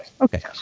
okay